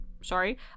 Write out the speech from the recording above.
sorry